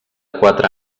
quatre